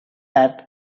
that